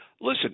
listen